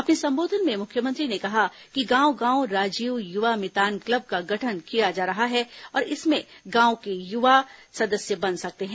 अपने संबोधन में मुख्यमंत्री ने कहा कि गाँव गाँव राजीव युवा मितान क्लब का गठन किया जा रहा है और इसमें गाँव के युवा सदस्य बन सकते हैं